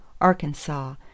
Arkansas